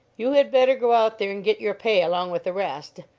you had better go out there and get your pay along with the rest,